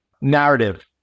narrative